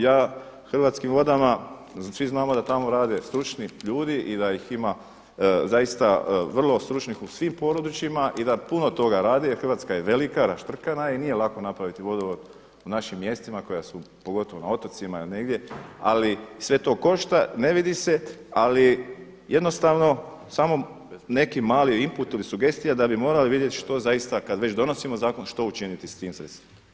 Ja Hrvatskim vodama, svi znamo da tamo rade stručni ljudi i da ih ima zaista vrlo stručnih u svim područjima i da puno toga rade jel Hrvatska je velika, raštrkana i nije lako napraviti vodovod u našim mjestima koja su pogotovo na otocima ili negdje, ali sve to košta, ne vidi se, ali jednostavno samo neki mali inputi ili sugestija da bi morali vidjeti što zaista kad već donosimo zakon što učiniti s tim sredstvima.